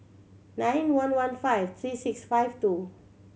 nine one one five three six five two